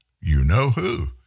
you-know-who